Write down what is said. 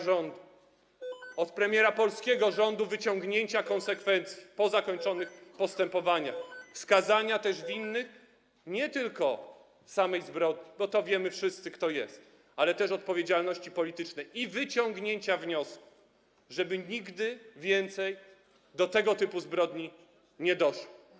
Oczekujemy od premiera polskiego rządu wyciągnięcia konsekwencji po zakończeniu postępowań, jak również wskazania winnych nie tylko samej zbrodni, bo to wiemy wszyscy, kto jest winny, ale też i odpowiedzialności politycznej i wyciągnięcia wniosków, żeby nigdy więcej do tego typu zbrodni nie doszło.